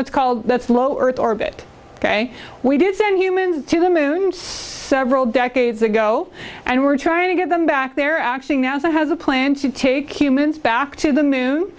what's called that's low earth orbit ok we did send humans to the moon several decades ago and we're trying to get them back there actually nasa has a plan to take humans back to the moon